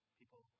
people